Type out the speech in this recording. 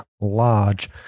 large